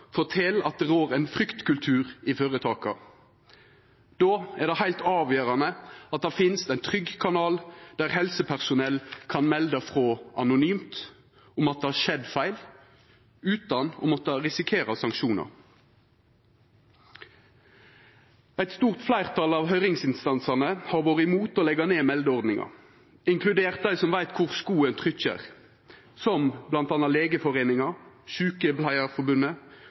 at det rår ein fryktkultur i føretaka. Då er det heilt avgjerande at det finst ein trygg kanal der helsepersonell kan melda frå anonymt om at det har skjedd feil, utan å måtta risikera sanksjonar. Eit stort fleirtal av høyringsinstansane har vore imot å leggja ned meldeordninga, inkludert dei som veit kor skoen trykkjer, som bl.a. Legeforeininga,